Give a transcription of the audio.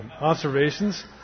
observations